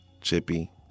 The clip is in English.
chippy